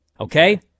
Okay